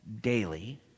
daily